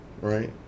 right